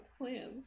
Plans